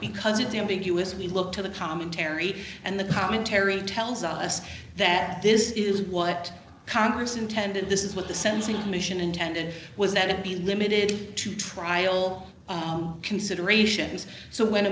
because of the ambiguous we look to the commentary and the commentary tells us that this is what congress intended this is what the sentencing commission intended was that it be limited to trial considerations so when